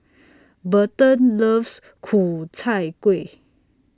Berton loves Ku Chai Kuih